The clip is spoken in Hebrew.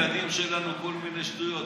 מלמדים את הילדים שלנו כל מיני שטויות,